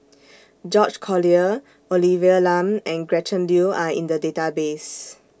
George Collyer Olivia Lum and Gretchen Liu Are in The Database